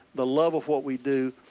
the love of what we do.